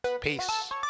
Peace